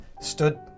Stood